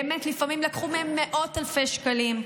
באמת, לפעמים לקחו מהם מאות אלפי שקלים.